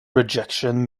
rejection